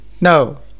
No